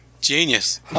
genius